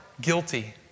guilty